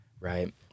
right